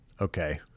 Okay